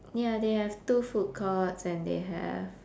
ya they have two food courts and they have